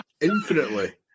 Infinitely